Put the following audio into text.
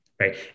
right